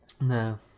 No